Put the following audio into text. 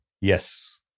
Yes